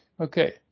Okay